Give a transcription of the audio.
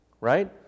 right